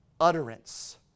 utterance